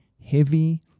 heavy